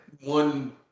one